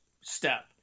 step